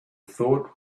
thought